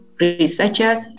researchers